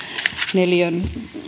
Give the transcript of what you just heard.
neliön